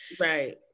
Right